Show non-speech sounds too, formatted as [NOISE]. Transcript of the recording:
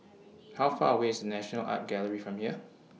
[NOISE] How Far away IS National Art Gallery from here